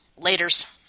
Laters